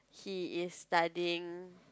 he is studying